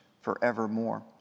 forevermore